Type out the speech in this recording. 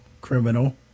criminal